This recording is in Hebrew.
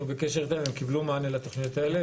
הם קיבלו מענה לתוכניות האלה.